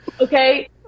Okay